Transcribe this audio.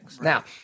Now